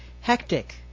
hectic